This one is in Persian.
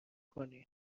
کنیم